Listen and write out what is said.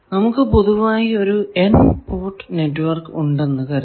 നമുക്ക് പൊതുവായി ഒരു N പോർട്ട് നെറ്റ്വർക്ക് ഉണ്ടെന്നു കരുതാം